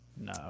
No